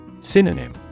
Synonym